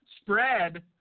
spread